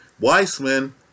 Weissman